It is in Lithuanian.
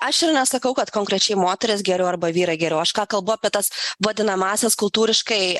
aš ir nesakau kad konkrečiai moterys geriau arba vyrai geriau aš ką kalbu apie tas vadinamąsias kultūriškai